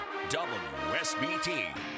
WSBT